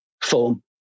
form